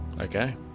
Okay